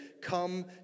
come